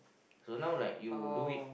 so now like you do it